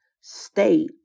state